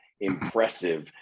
impressive